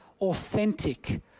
authentic